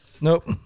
Nope